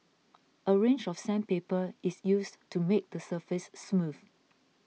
a range of sandpaper is used to make the surface smooth